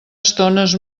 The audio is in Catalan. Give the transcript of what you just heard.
estones